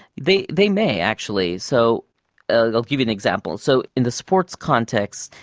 they they may actually. so ah like i'll give you an example. so in the sports context,